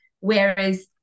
Whereas